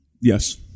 Yes